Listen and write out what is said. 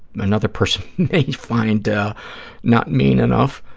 another person may find ah not mean enough.